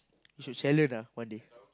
we should challenge ah one day